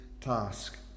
task